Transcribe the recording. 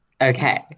Okay